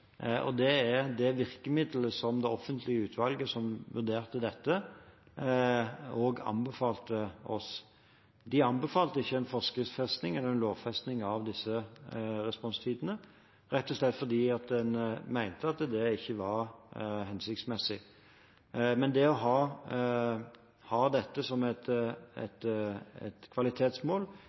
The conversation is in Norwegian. Det er også det virkemiddelet som det offentlige utvalget som vurderte dette, anbefalte oss. De anbefalte ikke en forskriftsfesting eller en lovfesting av disse responstidene, rett og slett fordi en mente at det ikke var hensiktsmessig. Men det å ha dette som et